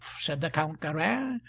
said the count garin,